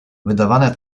wydawane